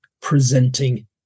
presenting